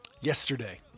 Yesterday